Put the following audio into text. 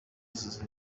izi